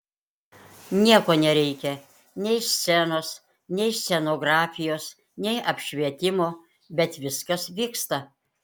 nieko nereikia nei scenos nei scenografijos nei apšvietimo bet viskas vyksta